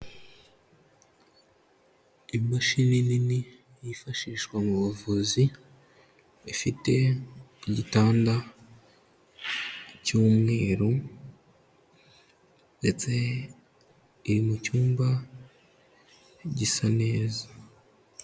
Imashini nini yifashishwa mu buvuzi, ifite igitanda cy'umweru, ndetse iri mu cyumba gisa neza.